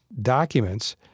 documents